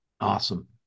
Awesome